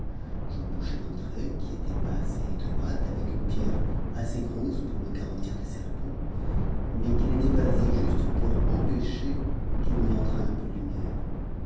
bouchai l'entrée qui était basse et étroite avec une pierre assez grosse pour me garantir des serpents mais qui n'était pas assez juste pour qu'il n'y entrât un peu de lumière